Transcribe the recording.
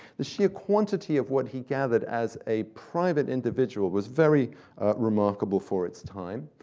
the sheer quantity of what he gathered as a private individual was very remarkable for its time,